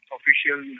official